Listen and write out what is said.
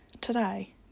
today